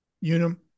Unum